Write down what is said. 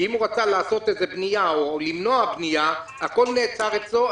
כי אם הוא רצה לעשות איזו בנייה או למנוע בנייה הכול נעצר אצלו.